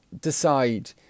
decide